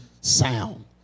sound